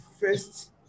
first